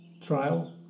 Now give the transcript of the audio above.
trial